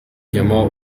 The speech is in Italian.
chiamò